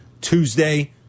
Tuesday